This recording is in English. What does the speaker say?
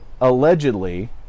allegedly